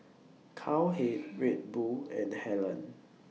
Cowhead Red Bull and Helen